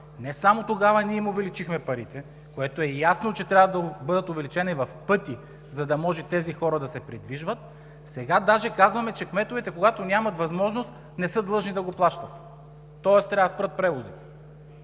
не само им увеличихме парите – ясно е, че трябва да бъдат увеличени в пъти, за да може тези хора да се придвижват. Сега дори казваме, че кметовете, когато нямат възможност, не са длъжни да ги плащат, тоест трябва да спрат превозите.